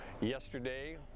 yesterday